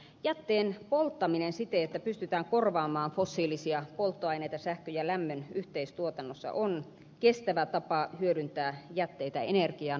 jätteen polttaminen siten että pystytään korvaamaan fossiilisia polttoaineita sähkön ja lämmön yhteistuotannossa on kestävä tapa hyödyntää jätteitä energiana